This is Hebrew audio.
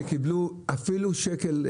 מול הרשות הערבית שקיבלו אפילו שקל,